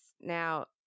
Now